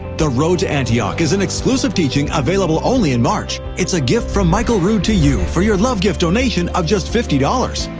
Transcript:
the road to antioch is an exclusive teaching available only in march. it's a gift from michael rood to you for your love gift donation of just fifty dollars.